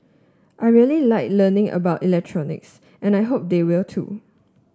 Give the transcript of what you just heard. I really like learning about electronics and I hope they will too